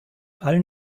allen